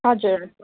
हजुर